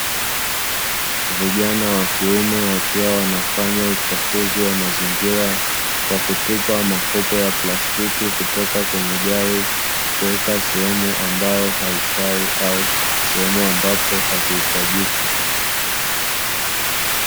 Vijana wakiume wakiwa wanafanya uchafuzi wa mazingira, kwa kutupa makopo ya plastiki kutoka kwenye gari kuweka sehemu ambapo haifai au sehemu ambapo havihitajiki.